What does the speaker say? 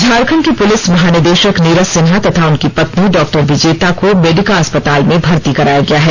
झारखंड के पुलिस महानिदेशक नीरज सिन्हा तथा उनकी पत्नी डा विजेता को मेडिका अस्पताल में भर्ती कराया गया है